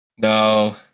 No